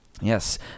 Yes